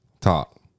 Talk